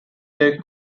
their